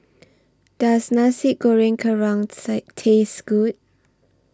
Does Nasi Goreng Kerang Taste Good